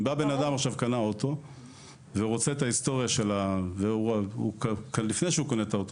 אם בן אדם רוצה עכשיו לקבל את ההיסטוריה של האוטו לפני שהוא קונה אותו,